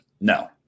no